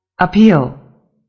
appeal